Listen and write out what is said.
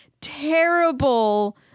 terrible